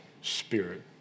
Spirit